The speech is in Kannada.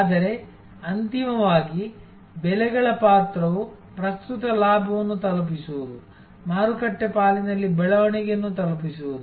ಆದರೆ ಅಂತಿಮವಾಗಿ ಬೆಲೆಗಳ ಪಾತ್ರವು ಪ್ರಸ್ತುತ ಲಾಭವನ್ನು ತಲುಪಿಸುವುದು ಮಾರುಕಟ್ಟೆ ಪಾಲಿನಲ್ಲಿ ಬೆಳವಣಿಗೆಯನ್ನು ತಲುಪಿಸುವುದು